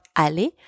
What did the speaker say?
aller